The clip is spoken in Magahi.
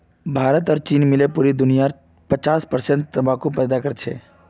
भारत और चीन मिले पूरा दुनियार पचास प्रतिशत तंबाकू पैदा करछेक